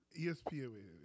ESPN